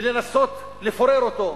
ולנסות לפורר אותו,